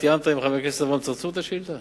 רצוני לשאול: